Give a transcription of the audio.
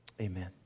amen